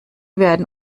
werden